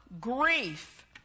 grief